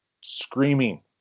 screaming